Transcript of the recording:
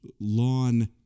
lawn